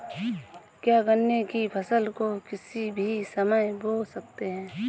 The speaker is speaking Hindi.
क्या गन्ने की फसल को किसी भी समय बो सकते हैं?